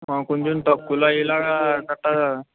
కొంచెం తక్కువలో అయ్యేలాగా కట్టా